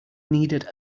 needed